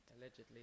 Allegedly